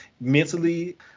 mentally